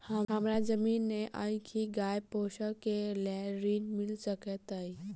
हमरा जमीन नै अई की गाय पोसअ केँ लेल ऋण मिल सकैत अई?